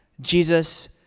Jesus